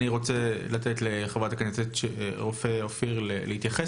אני רוצה לתת לחברת הכנסת רופא אופיר להתייחס